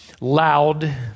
loud